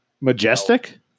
Majestic